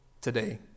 today